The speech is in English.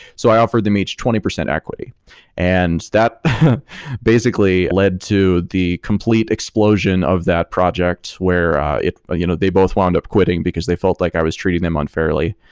so i offered them each twenty percent equity and that basically led to the complete explosion of that project where you know they both wound up quitting because they felt like i was treating them unfairly.